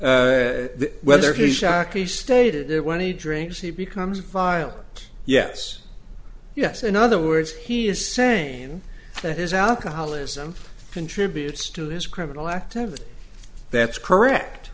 is whether he shockey stated it when he drinks he becomes violent yes yes in other words he is saying that his alcoholism contributes to his criminal activity that's correct